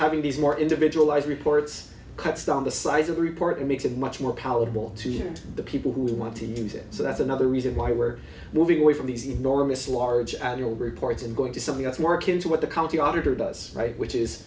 having these more individualized reports cuts down the size of the report and makes it much more palatable to the people who want to use it so that's another reason why we're moving away from the easy norma's large annual reports and going to something that's more akin to what the county auditor does right which is